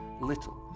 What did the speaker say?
little